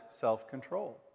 self-control